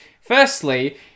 firstly